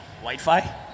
Wi-Fi